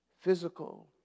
Physical